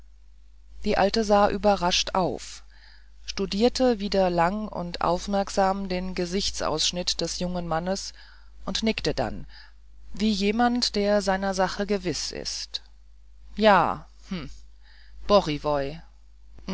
die alte sah überrascht auf studierte wieder lang und aufmerksam den gesichtsausschnitt des jungen mannes und nickte dann wie jemand der seiner sache gewiß ist ja